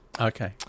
Okay